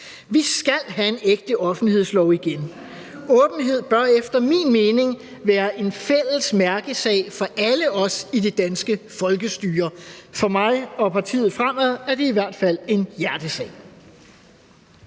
Vi skal have en ægte offentlighedslov igen. Åbenhed bør efter min mening være en fælles mærkesag for alle os i det danske folkestyre. For mig og partiet Fremad er det i hvert fald en hjertesag.